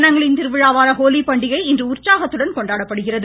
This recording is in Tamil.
வண்ணங்களின் திருவிழாவான ஹோலி பண்டிகை இன்று உற்சாகத்துடனும் கொண்டாடப்படுகிறது